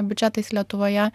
biudžetais lietuvoje